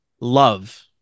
love